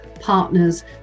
partners